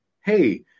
Hey